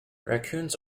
raccoons